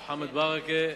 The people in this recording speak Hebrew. מוחמד ברכה,